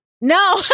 No